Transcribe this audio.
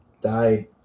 died